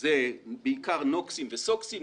זה בעיקר נוקסים וסוקסים,